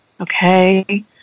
okay